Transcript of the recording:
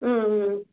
ம் ம் ம்